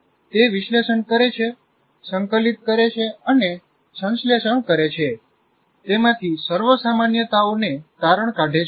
તે વિશ્લેષણ કરે છે સંકલિત કરે છે અને સંશ્લેષણ કરે છે તેમાંથી સર્વસામાન્યતાઓને તારણ કાઢે છે